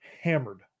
hammered